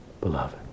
beloved